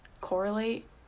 correlate